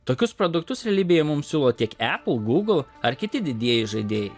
tokius produktus realybėje mum siūlo tiek apple google ar kiti didieji žaidėjai